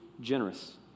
generous